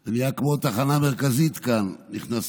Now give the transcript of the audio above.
זה נהיה כאן כמו התחנה המרכזית: נכנסים,